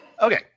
Okay